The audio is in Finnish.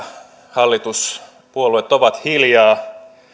hallituspuolueet ovat hiljaa